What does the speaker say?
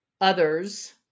others